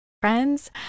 Friends